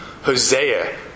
Hosea